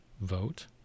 vote